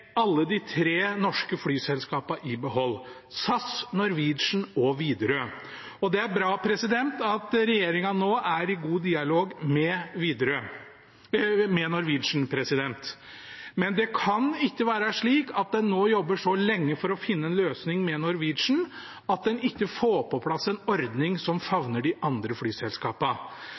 alle de tre norske flyselskapene i behold: SAS, Norwegian og Widerøe. Det er bra at regjeringen nå er i god dialog med Norwegian, men det kan ikke være slik at en nå jobber så lenge for å finne en løsning med Norwegian at en ikke får på plass en ordning som favner de andre flyselskapene.